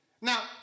Now